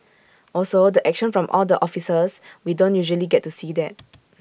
also the action from all the officers we don't usually get to see that